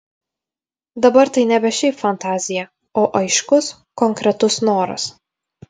dabar tai nebe šiaip fantazija o aiškus konkretus noras